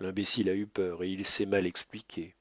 l'imbécile a eu peur et il s'est mal expliqué